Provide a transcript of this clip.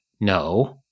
no